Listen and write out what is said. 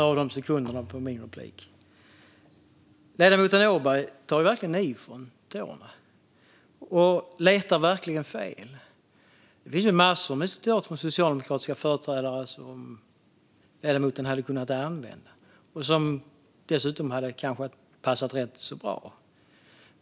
Fru talman! Ledamoten Åberg tar verkligen ifrån tårna och letar fel. Det finns massor av citat från socialdemokratiska företrädare som ledamoten hade kunnat använda och som hade passat bättre.